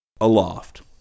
Aloft